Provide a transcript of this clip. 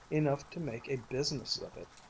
enough to make a business of it,